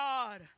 God